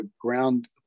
ground